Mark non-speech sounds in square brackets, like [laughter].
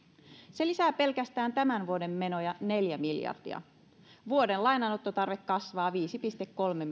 se lisää pelkästään tämän vuoden menoja neljä miljardia vuoden lainanottotarve kasvaa viisi pilkku kolme [unintelligible]